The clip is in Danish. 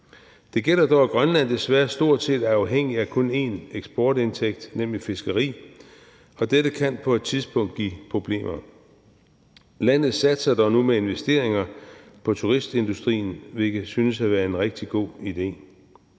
Det gælder dog, at Grønland desværre stort set er afhængig af kun én eksportindtægt, nemlig fiskeri, og dette kan på et tidspunkt give problemer. Landet satser dog nu med investeringer på turistindustrien, hvilket synes at være en rigtig god idé.